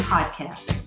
Podcast